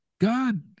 God